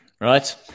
Right